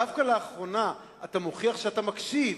דווקא לאחרונה אתה מוכיח שאתה מקשיב,